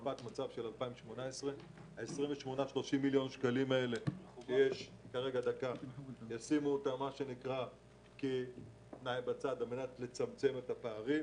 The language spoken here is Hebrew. את ה-28,30 מיליון שקלים האלה צריך לשים כתנאי על מנת לצמצם את הפערים.